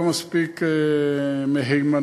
לא מספיק מהימנות,